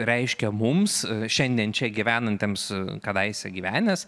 reiškia mums šiandien čia gyvenantiems kadaise gyvenęs